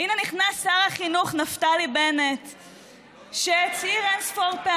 סמוטריץ קרא